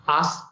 ask